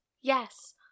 Yes